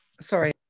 Sorry